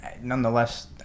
nonetheless